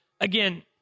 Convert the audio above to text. Again